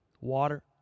water